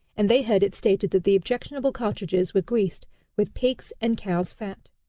and they heard it stated that the objectionable cartridges were greased with pig's and cow's fat.